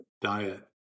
diet